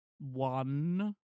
One